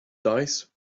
dice